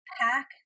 pack